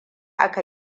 aka